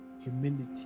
Humility